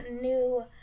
new